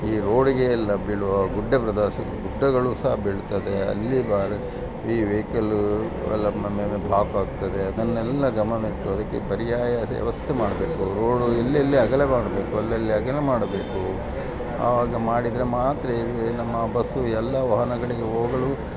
ಈ ರೋಡಿಗೆ ಎಲ್ಲ ಬೀಳುವ ಗುಡ್ಡ ಪ್ರದೇಶ ಗುಡ್ಡಗಳು ಸಹ ಬೀಳ್ತದೆ ಅಲ್ಲಿ ಭಾಳ ಈ ವೈಕಲ್ಲೂ ಎಲ್ಲ ಬ್ಲಾಕ್ ಆಗ್ತದೆ ಅದನ್ನೆಲ್ಲ ಗಮನವಿಟ್ಟು ಅದಕ್ಕೆ ಪರ್ಯಾಯ ವ್ಯವಸ್ಥೆ ಮಾಡಬೇಕು ರೋಡು ಎಲ್ಲೆಲ್ಲಿ ಅಗಲವಾಗಬೇಕು ಅಲ್ಲಲ್ಲಿ ಅಗಲ ಮಾಡಬೇಕು ಆವಾಗ ಮಾಡಿದರೆ ಮಾತ್ರ ಇವು ನಮ್ಮ ಬಸ್ಸು ಎಲ್ಲ ವಾಹನಗಳಿಗೆ ಹೋಗಲು